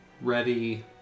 ready